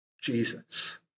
Jesus